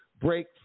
Break